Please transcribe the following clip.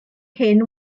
hen